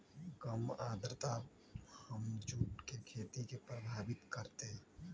कम आद्रता हमर जुट के खेती के प्रभावित कारतै?